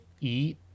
eat